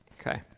Okay